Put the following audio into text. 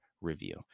review